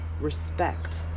respect